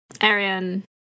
arian